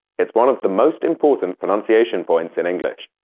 it's one of the most important pronunciation points in english.